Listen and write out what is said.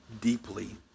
deeply